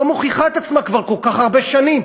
לא מוכיחה את עצמה כבר כל כך הרבה שנים.